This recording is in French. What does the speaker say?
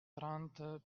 trente